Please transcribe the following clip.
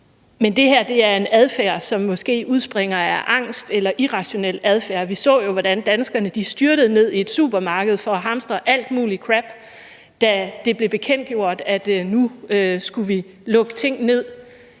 men det her er en adfærd, som måske udspringer af angst eller irrationalitet. Vi så jo, hvordan danskerne styrtede ned i et supermarked for at hamstre alt muligt crap, da det blev bekendtgjort, at nu skulle vi lukke ting ned,